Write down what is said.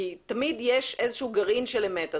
כי תמיד יש איזה שהוא גרעין של אמת.